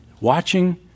Watching